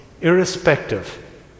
irrespective